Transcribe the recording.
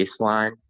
baseline